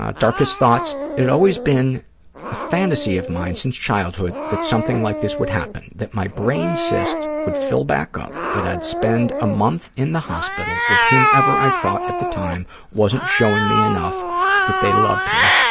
ah darkest thoughts. it'd always been a fantasy of mine since childhood that something like this would happen, that my brain cyst would fill back up, that i'd spend a month in the hospital with whomever i thought at the time wasn't showing me enough that they loved me.